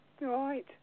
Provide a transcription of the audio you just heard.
Right